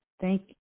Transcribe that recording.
thank